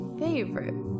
favorite